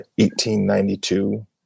1892